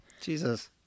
Jesus